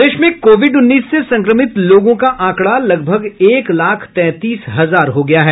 प्रदेश में कोविड उन्नीस से संक्रमित लोगों का आंकड़ा लगभग एक लाख तैंतीस हजार हो गया है